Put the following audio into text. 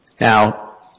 now